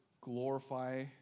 glorify